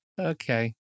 Okay